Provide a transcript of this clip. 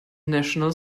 national